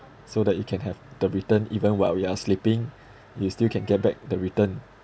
so that you can have the return even while we are sleeping you still can get back the return